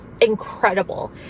incredible